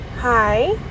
hi